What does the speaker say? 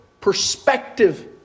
perspective